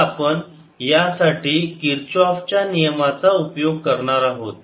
तर आपण यासाठी किरचऑफ च्या नियमाचा उपयोग करणार आहोत